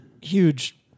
huge